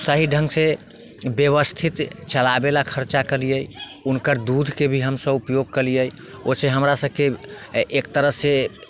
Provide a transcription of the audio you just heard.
सही ढङ्गसँ व्यवस्थित चलाबय ले खर्चा केलियै हुनकर दूधके भी हमसभ उपयोग केलियै ओ से हमरासभके एक तरहसँ